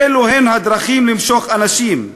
אלו הן הדרכים למשוך אנשים,